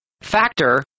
factor